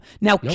now